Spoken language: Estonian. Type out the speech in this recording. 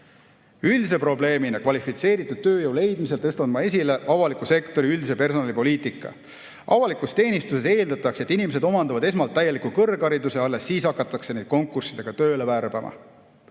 Üldise probleemina kvalifitseeritud tööjõu leidmisel tõstan ma esile avaliku sektori personalipoliitika. Avalikus teenistuses eeldatakse, et inimesed omandavad esmalt täieliku kõrghariduse, ja alles siis hakatakse neid konkurssidega tööle värbama.